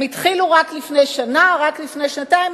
הם התחילו רק לפני שנה, רק לפני שנתיים?